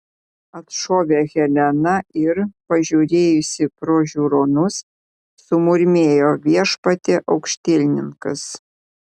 atšovė helena ir pažiūrėjusi pro žiūronus sumurmėjo viešpatie aukštielninkas